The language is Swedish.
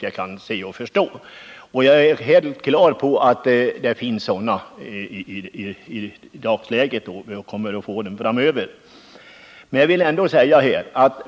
Jag förstår att vi i dagsläget har sådana hinder och att vi kommer att få dem framöver.